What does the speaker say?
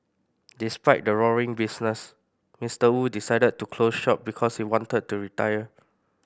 despite the roaring business Mister Wu decided to close shop because he wanted to retire